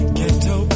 Ghetto